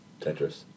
Tetris